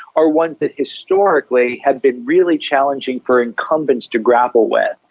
are ones that historically have been really challenging for incumbents to grapple with.